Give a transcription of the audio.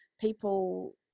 people